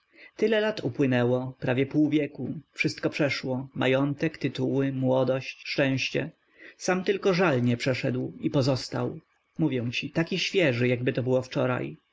tyle lat upłynęło prawie pół wieku wszystko przeszło majątek tytuły młodość szczęście sam tylko żal nie przeszedł i pozostał mówię ci taki świeży jakbyto było wczoraj